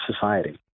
society